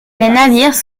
navires